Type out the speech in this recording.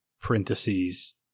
parentheses